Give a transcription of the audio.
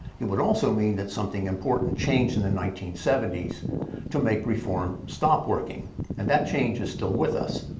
it would also mean that something important changed in the nineteen seventy s to make reform stop working and that change is still with us.